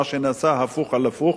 מה שנעשה הפוך על הפוך,